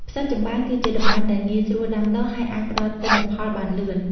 ផ្សិតចំបើង គឺជាដំណាំដែលងាយស្រួលដាំដុះ ហើយអាចផ្តល់ទិន្នផលបានលឿន។